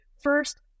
first